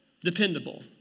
Dependable